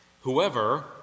Whoever